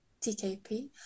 TKP